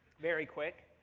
very quick.